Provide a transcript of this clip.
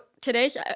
today's